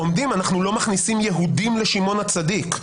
עומדים: אנחנו לא מכניסים יהודים לשמעון הצדיק,